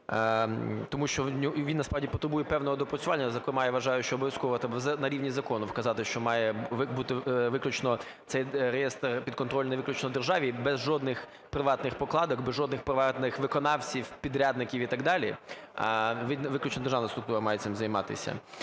тому що він насправді потребує певного доопрацювання. Зокрема, я вважаю, що обов'язково треба на рівні закону вказати, що має бути виключно цей реєстр підконтрольний виключно державі, і без жодних приватних прокладок, без жодних приватних виконавців, підрядників і так далі, виключно державна структура має цим займатися.